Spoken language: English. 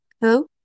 Hello